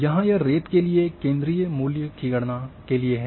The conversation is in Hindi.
यहाँ यह रेत के लिए केंद्रीय मूल्य की गणना के लिए है